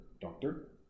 doctor